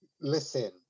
listen